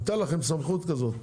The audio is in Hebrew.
ניתן סמכות כזאת,